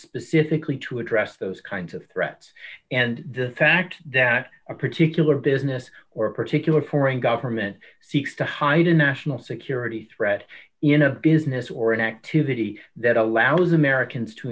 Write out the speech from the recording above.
specifically to address those kinds of threats and the fact that a particular business or a particular foreign government seeks to hide a national security threat in a business or an activity that allows americans to